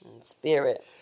spirit